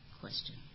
question